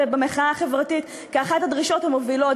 במחאה החברתית כאחת הדרישות המובילות.